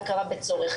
אין לנו את הקרקע הזו.